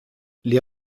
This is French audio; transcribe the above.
les